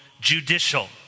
judicial